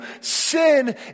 sin